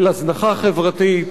של הזנחה חברתית,